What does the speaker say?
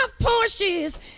Porsches